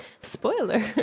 Spoiler